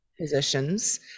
positions